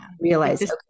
realize-